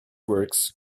works